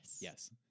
Yes